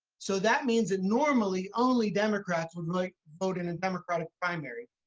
so, that means that normally only democrats would like vote in a democratic primary.